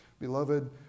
Beloved